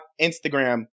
Instagram